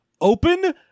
open